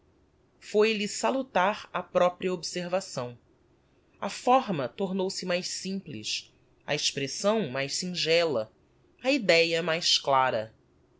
linguagem foi-lhe salutar a propria observação a fórma tornou-se mais simples a expressão mais singela a idéa mais clara